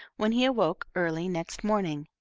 when he awoke early next morning.